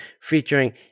featuring